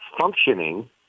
functioning